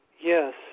Yes